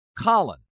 Colin